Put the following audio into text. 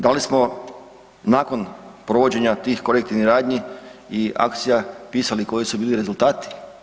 Da li smo nakon provođenja tih korektivnih radnji i akcija, pisali koji su bili rezultati?